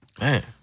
Man